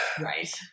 Right